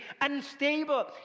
unstable